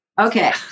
Okay